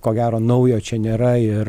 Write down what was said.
ko gero naujo čia nėra ir